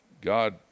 God